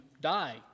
die